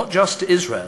כולל שרים,